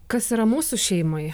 kas yra mūsų šeimai